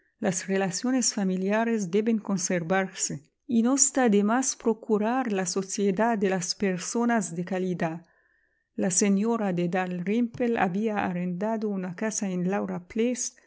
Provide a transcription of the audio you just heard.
las relaciones familiares deben conservarse y no está de más procurar la sociedad de las personas de calidad lia señora de dalrymple había arrendado una casa en laura